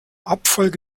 abfolge